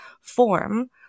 form